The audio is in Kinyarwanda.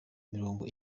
mirongo